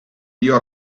dio